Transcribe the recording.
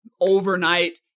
overnight